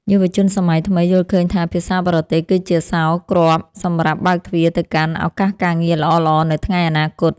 យុវជនសម័យថ្មីយល់ឃើញថាភាសាបរទេសគឺជាសោរគ្រាប់សម្រាប់បើកទ្វារទៅកាន់ឱកាសការងារល្អៗនៅថ្ងៃអនាគត។